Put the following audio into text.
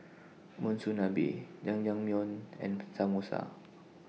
Monsunabe Jajangmyeon and Samosa